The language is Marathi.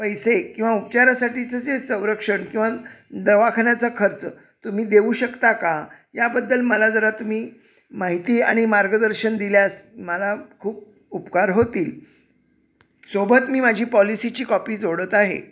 पैसे किंवा उपचारासाठीचं जे संरक्षण किंवा दवाखान्याचा खर्च तुम्ही देऊ शकता का याबद्दल मला जरा तुम्ही माहिती आणि मार्गदर्शन दिल्यास मला खूप उपकार होतील सोबत मी माझी पॉलिसीची कॉपी जोडत आहे